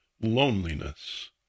loneliness